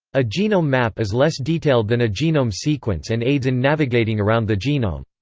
a genome map is less detailed than a genome sequence and aids in navigating around the genome.